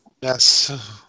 Yes